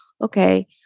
okay